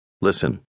Listen